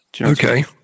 Okay